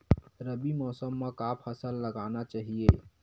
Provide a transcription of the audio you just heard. रबी मौसम म का फसल लगाना चहिए?